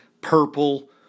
purple